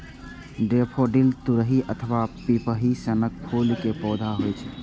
daffodil तुरही अथवा पिपही सनक फूल के पौधा होइ छै